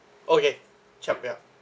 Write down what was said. okay chop ya